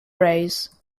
race